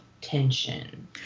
Tension